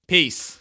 Peace